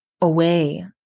away